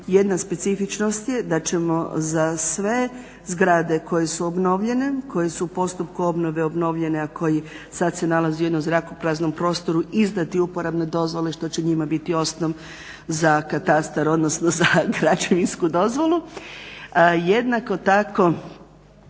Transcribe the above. Jedna specifičnost je da ćemo za sve zgrade koje su obnovljene, koje su u postupku obnove obnovljene a koji sad se nalazi u jednom zrakopraznom prostoru izdati uporabne dozvole što će njima biti osnov za katastar odnosno za građevinsku dozvolu. Jednako tako